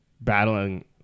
battling